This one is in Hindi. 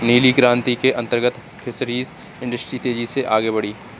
नीली क्रांति के अंतर्गत फिशरीज इंडस्ट्री तेजी से आगे बढ़ी